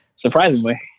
surprisingly